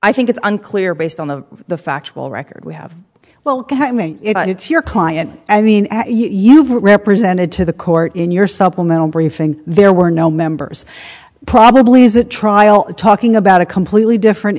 i think it's unclear based on the the factual record we have well i mean if it's your client i mean you've represented to the court in your supplemental briefing there were no members probably as a trial talking about a completely different